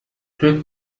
طبق